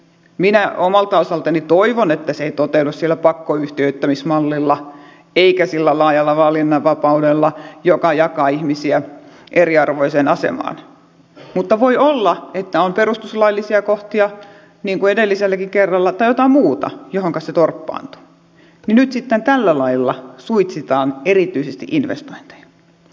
minä omalta osaltani toivon että se ei toteudu sillä pakkoyhtiöittämismallilla eikä sillä laajalla valinnanvapaudella joka jakaa ihmisiä eriarvoiseen asemaan mutta voi olla että on perustuslaillisia kohtia niin kuin edelliselläkin kerralla tai jotain muuta johonka se torppaantuu niin nyt sitten tällä lailla suitsitaan erityisesti investointeja